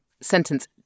sentence